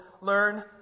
learn